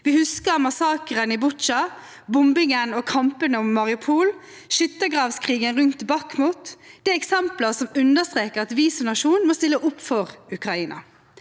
Vi husker massakren i Butsja, bombingen av og kampene om Mariupol og skyttergravskrigen rundt Bakhmut. Dette er eksempler som understreker at vi som nasjon må stille opp for Ukraina